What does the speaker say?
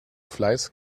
fleiß